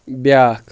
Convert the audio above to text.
بیٛاکھ